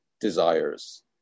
desires